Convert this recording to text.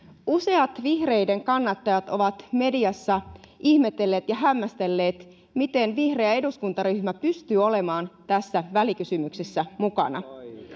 useat vihreiden kannattajat ovat mediassa ihmetelleet ja hämmästelleet miten vihreä eduskuntaryhmä pystyy olemaan tässä välikysymyksessä mukana